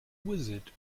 wizard